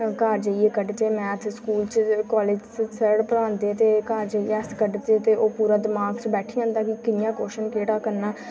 घर जाइयै कढचै मैथ स्कूल च कालेज च सर पढ़ांदे ते घर जाइयै अस कड्ढचै ते ओह् पूरा दमाग च बैठी जंदा कि कि'यां क्वश्चऩ केह्ड़ा करना